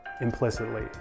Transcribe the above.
implicitly